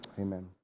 amen